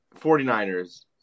49ers